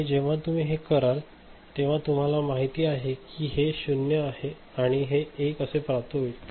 आणि जेव्हा तूम्ही हे कराल तेव्हा तुम्हाला माहित आहे कि हे 0 आणि 1 असे प्राप्त होईल